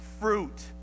fruit